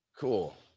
cool